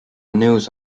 news